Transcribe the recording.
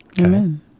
Amen